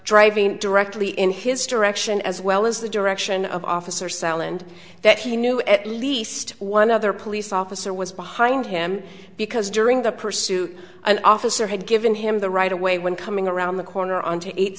driving directly in his direction as well as the direction of officer sal and that he knew at least one other police officer was behind him because during the pursuit an officer had given him the right away when coming around the corner on to eighth